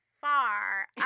far